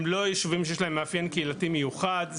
לא ישובים שיש להם מאפיין קהילתי מיוחד.